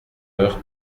heures